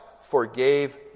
forgave